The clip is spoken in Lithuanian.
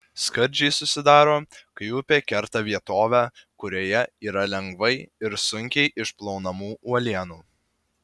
skardžiai susidaro kai upė kerta vietovę kurioje yra lengvai ir sunkiai išplaunamų uolienų